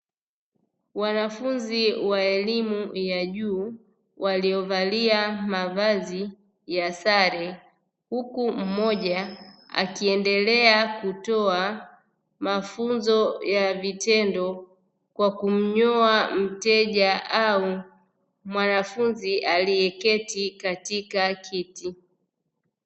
Wanafunzi wa elimu ya juu, waliovalia mavazi ya sare, huku mmoja akiendelea kutoa mafunzo ya vitendo kwa kumnyoa mteja au mwanafunzi aliyeketi katika kiti.